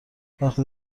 وقتی